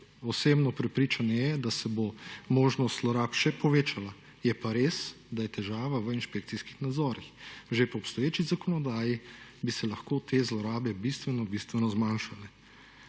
osebno prepričanje je, da se bo možnost zlorab še povečala, je pa res, da je težava v inšpekcijskih nadzorih. Že po obstoječi zakonodaji bi se lahko te zlorabe bistveno,